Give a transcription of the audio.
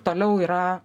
toliau yra